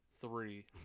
three